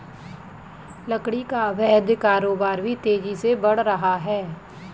लकड़ी का अवैध कारोबार भी तेजी से बढ़ रहा है